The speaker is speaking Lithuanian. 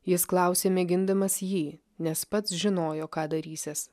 jis klausė mėgindamas jį nes pats žinojo ką darysiąs